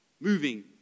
moving